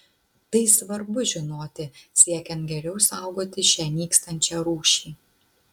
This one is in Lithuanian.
tai svarbu žinoti siekiant geriau saugoti šią nykstančią rūšį